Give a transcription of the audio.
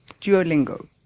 Duolingo